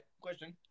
question